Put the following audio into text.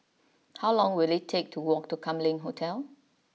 how long will it take to walk to Kam Leng Hotel